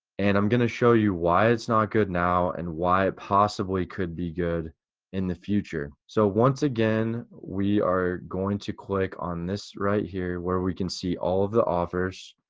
and i'm gonna show you why it's not good now and why it possibly could be good in the future. so once again, again, we are going to click on this right here where we can see all of the offers.